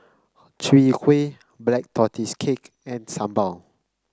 Chwee Kueh Black Tortoise Cake and sambal